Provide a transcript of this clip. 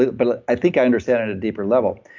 ah but i think i understand at a deeper level.